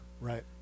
right